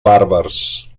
bàrbars